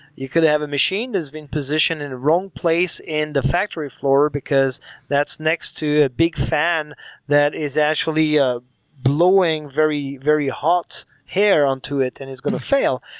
you could have a machine that has been positioned in a wrong place in the factory floor because that's next to a big fan that is actually ah blowing very very hot hair on to it and it's going to fail.